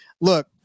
Look